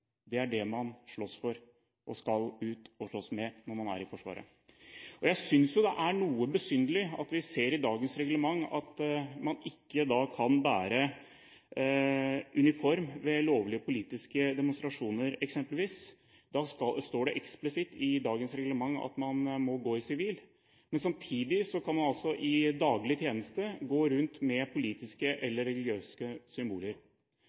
Det er det man slåss for og skal ut og slåss med når man er i det norske forsvaret. Jeg synes det er noe besynderlig at man etter dagens reglement ikke kan bære uniform ved eksempelvis lovlige politiske demonstrasjoner. Da står det eksplisitt i dagens reglement at man må gå i sivil. Men samtidig kan man altså i daglig tjeneste gå rundt med politiske eller religiøse symboler.